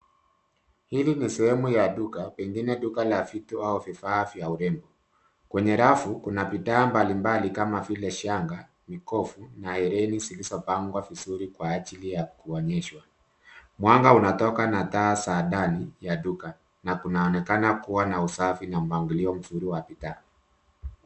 Hili ni sehemu ya duka, pengine duka la vitu au vifaa vya urembo. Kwenye rafu, kuna bidhaa mbalimbali kama vile shanga, mikofu na ereni zilizopangwa vizuri kwa ajili ya kuonyeshwa. Mwanga unatoka na taa za ndani ya duka na kunaonekana kuwa na usafi na mpangilio mzuri wa bidhaa.